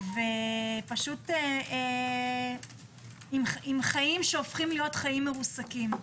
ועם חיים שהופכים להיות חיים מרוסקים.